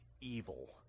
evil